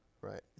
Right